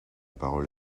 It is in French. parole